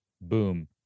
boom